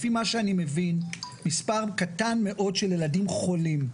לפי מה שאני מבין מספר קטן מאוד של ילדים חולים.